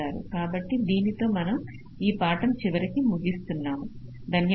కాబట్టి దీనితో మనం ఈ పాఠం చివరికి ముగిస్తున్నాను